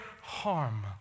harm